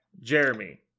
Jeremy